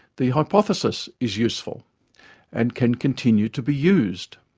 the hypothesis is useful and can continue to be used,